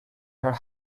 her